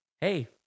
hey